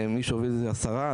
ומי שהוביל את זה זו השרה,